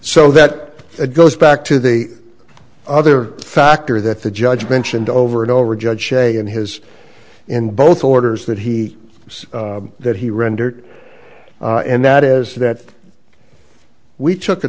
so that it goes back to the other factor that the judge mentioned over and over judge shay and his in both orders that he said that he rendered and that is that we took a